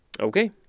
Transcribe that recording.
okay